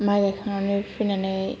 माइ गायखांनानै फैनानै